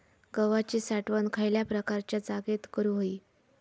गव्हाची साठवण खयल्या प्रकारच्या जागेत करू होई?